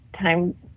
time